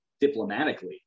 diplomatically